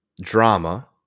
drama